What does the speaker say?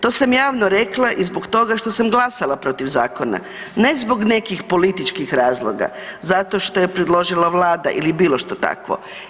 To sam javno rekla i zbog toga što sam glasala protiv zakona, ne zbog nekih političkih razloga zato što je predložila Vlada ili bilo što takvo.